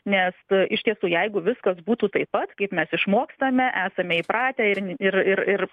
nes iš tiesų jeigu viskas būtų taip pat kaip mes išmokstame esame įpratę ir ir ir ir